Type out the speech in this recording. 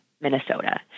Minnesota